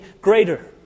greater